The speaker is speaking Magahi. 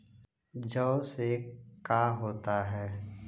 जौ से का होता है?